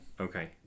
Okay